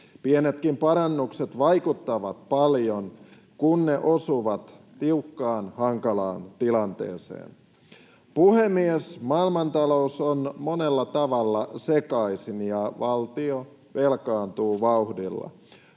Pienetkin parannukset vaikuttavat paljon, kun ne osuvat tiukkaan, hankalaan tilanteeseen. Puhemies! Maailmantalous on monella tavalla sekaisin, ja valtio velkaantuu vauhdilla.